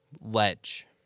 Ledge